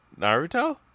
Naruto